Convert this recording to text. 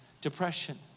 depression